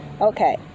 Okay